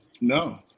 No